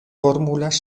fórmulas